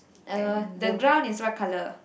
uh the ground is what colour